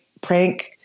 prank